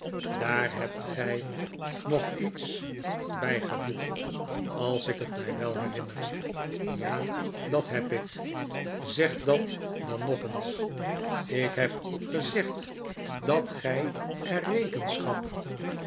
daar hebt gg nog iets bggevoegd als ik het my wel herinner ja dat heb ik zeg dat dan nog eens ik heb gezegd dat gg er